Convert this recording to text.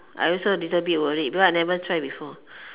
I also little bit worried because I never try before